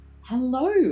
Hello